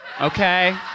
Okay